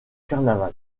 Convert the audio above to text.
carnaval